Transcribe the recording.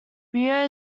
rio